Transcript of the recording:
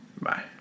Bye